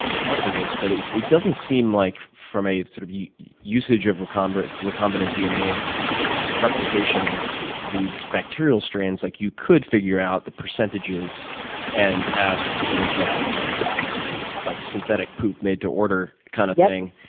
talk to this, but it it doesn't seem like from a sort of usage of recombinant recombinant dna and replication of these bacterial strains like you could figure out the percentages and have sort of the you know like synthetic poop made to order kind of thing